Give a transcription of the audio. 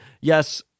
yes